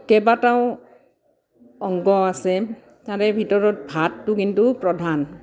কেইবাটাও অংগ আছে তাৰে ভিতৰত ভাতটো কিন্তু প্ৰধান